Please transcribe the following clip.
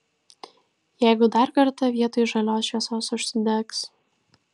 jeigu dar kartą vietoj žalios šviesos užsidegs